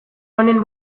honen